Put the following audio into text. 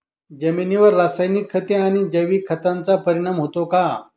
जमिनीवर रासायनिक खते आणि जैविक खतांचा परिणाम होतो का?